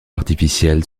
artificiels